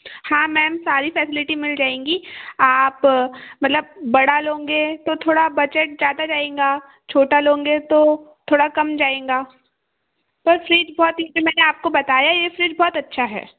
हाँ मैम सारी फैसलिटी मिल जाएंगी आप मतलब बड़ा लोंगे तो थोड़ा बजट ज़्यादा जाएंगा छोटा लोंगे तो थोड़ा कम जाएंगा पर फ्रिज बहुत ही मैंने आपको बताया ये फ्रिज बहुत अच्छा है